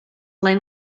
line